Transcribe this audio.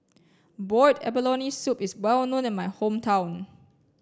boiled abalone soup is well known in my hometown